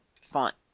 font